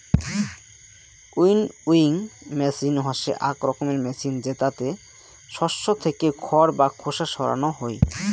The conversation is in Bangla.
উইনউইং মেচিন হসে আক রকমের মেচিন জেতাতে শস্য থেকে খড় বা খোসা সরানো হই